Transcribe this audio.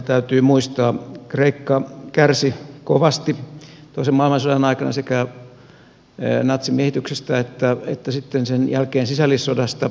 täytyy muistaa että kreikka kärsi kovasti toisen maailmansodan aikana sekä natsimiehityksestä että sitten sen jälkeen sisällissodasta